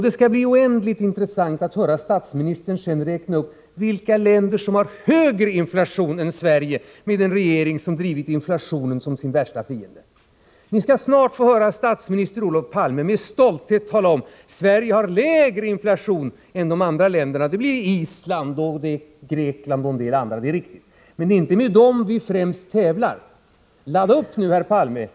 Det skall bli oändligt intressant att höra statsministern räkna upp vilka länder som har högre inflation än Sverige under den regering som utsett inflationen till sin värsta fiende! Ni skall snart få höra statsminister Olof Palme med stolthet tala om att Sverige har lägre inflation än ett antal länder — Island, Grekland och en del andra; det är riktigt, men det är inte främst med dem vi tävlar. Ladda upp nu, herr Palme!